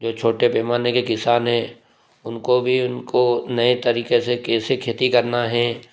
जो छोटे पैमाने के किसान है उनको भी उनको नए तरीके से कैसे खेती करना है